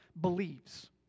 believes